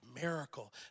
miracle